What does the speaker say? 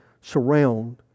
surround